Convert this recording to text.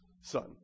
son